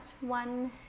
one